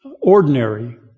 Ordinary